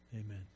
Amen